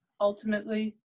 ultimately